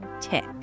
tick